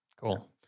Cool